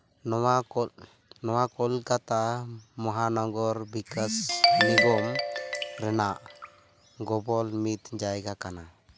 ᱱᱚᱣᱟ ᱱᱚᱣᱟ ᱠᱳᱞᱠᱟᱛᱟ ᱢᱚᱦᱟᱱᱚᱜᱚᱨ ᱵᱤᱠᱟᱥ ᱱᱤᱜᱚᱢ ᱨᱮᱱᱟᱜ ᱜᱚᱵᱚᱞ ᱢᱤᱫ ᱡᱟᱭᱜᱟ ᱠᱟᱱᱟ